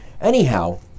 Anyhow